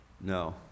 no